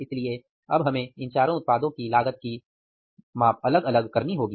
इसलिए अब हमें इन चारों उत्पादों की लागत की अलग अलग माप करनी होगी